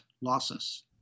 losses